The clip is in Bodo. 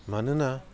मानोना